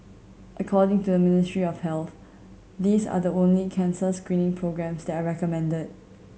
according to the Ministry of Health these are the only cancer screening programmes that are recommended